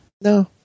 No